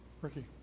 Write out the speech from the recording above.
Ricky